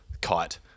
kite